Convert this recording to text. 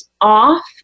off